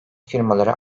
firmaları